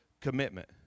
commitment